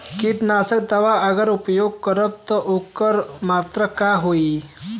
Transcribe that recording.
कीटनाशक दवा अगर प्रयोग करब त ओकर मात्रा का होई?